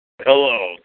Hello